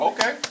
Okay